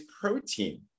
protein